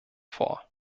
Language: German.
vor